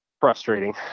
frustrating